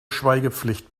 schweigepflicht